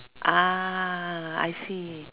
I see